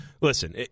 listen